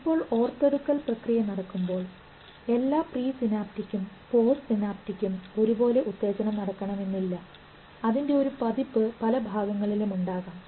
ഇപ്പോൾ ഓർത്തെടുക്കൽ പ്രക്രിയ നടക്കുമ്പോൾ എല്ലാ പ്രീ സിനാപ്റ്റിക്കും പോസ്റ്റ് സിനാപ്റ്റിക്കും ഒരേപോലെ ഉത്തേജനം നടക്കണമെന്നില്ല അതിൻറെ ഒരു പതിപ്പ് പലഭാഗങ്ങളിലും ഉണ്ടാകാം